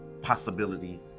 possibility